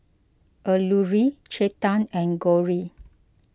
Alluri Chetan and Gauri